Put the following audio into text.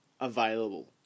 available